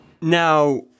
now